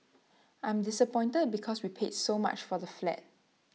I'm disappointed because we paid so much for the flat